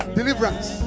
deliverance